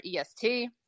EST